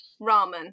ramen